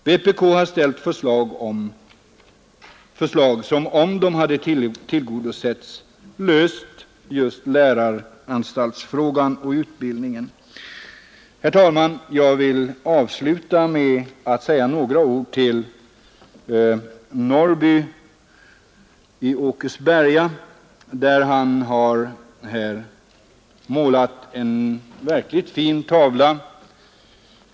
Vpk har ställt förslag som om de hade tillgodosetts löst läroanstaltsfrågan och utbildningsfrågorna. Herr talman! Jag skall avsluta med att säga några ord till herr Norrby i Åkersberga som här har målat en verkligt vacker tavla.